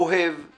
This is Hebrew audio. אוהב /